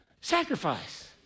sacrifice